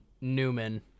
Newman